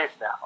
now